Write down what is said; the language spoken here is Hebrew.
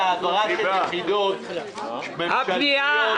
זה העברת יחידות ממשלתיות לירושלים,